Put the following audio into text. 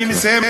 אני מסיים,